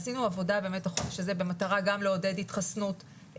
עשינו עבודה בחודש הזה במטרה גם לעודד התחסנות,